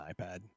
iPad